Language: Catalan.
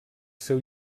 seu